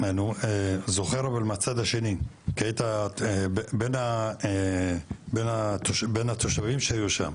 זוכר מהצד השני כי היית בין התושבים שהיו שם.